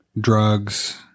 drugs